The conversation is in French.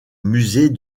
musée